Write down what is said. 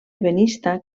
ebenista